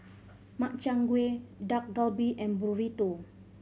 Makchang Gui Dak Galbi and Burrito